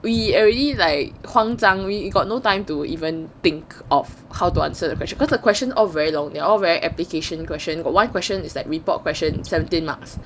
we already like 慌张 we got no time to even think of how to answer the question cause the question all very long they're all very application question got one question is that report question seventeen marks